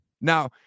Now